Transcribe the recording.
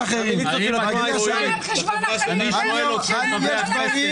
מגיע לנו ועוד איך.